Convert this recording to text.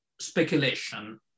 speculation